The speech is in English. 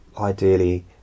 Ideally